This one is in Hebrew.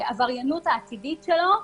העבריינות העתידית שלו,